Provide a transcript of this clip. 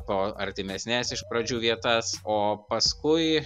po artimesnes iš pradžių vietas o paskui